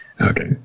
Okay